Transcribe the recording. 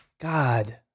God